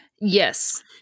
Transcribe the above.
Yes